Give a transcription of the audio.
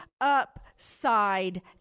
upside